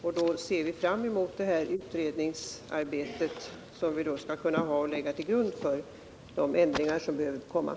Och vi ser fram mot detta utredningsarbete, som skall läggas till grund för de ändringar som behöver göras.